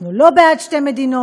אנחנו לא בעד שתי מדינות,